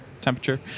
temperature